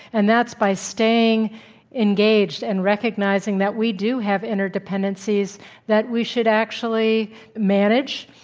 and that's by staying engaged and recognizing that we do have inter-dependencies that we should actually manage.